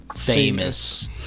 famous